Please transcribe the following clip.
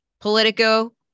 Politico